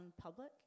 public